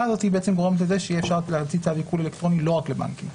הזאת גורמת לכך שיהיה אפשר להוציא צו עיקול אלקטרוני לא רק לבנקים.